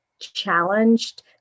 challenged